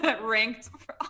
ranked